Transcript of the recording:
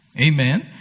Amen